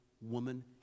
woman